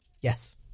Yes